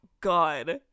God